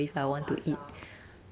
how much ah